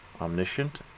omniscient